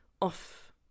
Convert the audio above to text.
off